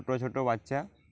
ছোটো ছোটো বাচ্চা